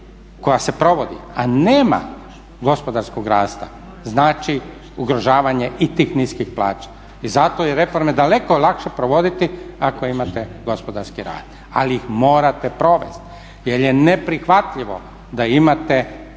koja se provodi, a nema gospodarskog rasta znači ugrožavanje i tih niskih plaća. I zato je reforme daleko lakše provoditi ako imate gospodarski rad ali ih morate provesti jer je neprihvatljivo da imate